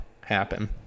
happen